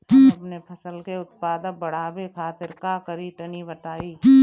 हम अपने फसल के उत्पादन बड़ावे खातिर का करी टनी बताई?